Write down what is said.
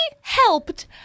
helped